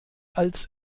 als